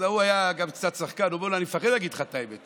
אז ההוא היה גם קצת שחקן ואמר לו: אני מפחד להגיד לך את האמת.